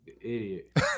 Idiot